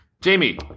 jamie